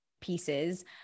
pieces